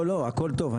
לא, לא, הכל טוב.